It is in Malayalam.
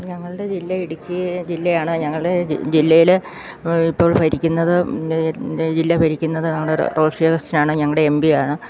ഞങ്ങളുടെ ജില്ല ഇടുക്കി ജില്ലയാണ് ഞങ്ങൾ ജില്ലയിൽ ഇപ്പോൾ ഭരിക്കുന്നത് ജില്ല ഭരിക്കുന്നത് ഞങ്ങളുടെ റോഷി അഗസ്റ്റ്യനാണ് ഞങ്ങളുടെ എം പി ആണ്